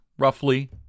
roughly